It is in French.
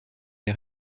les